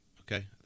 okay